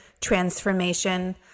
transformation